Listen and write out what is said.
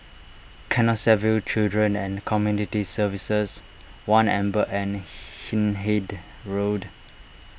Canossaville Children and Community Services one Amber and Hindhede Road